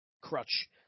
Crutch